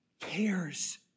cares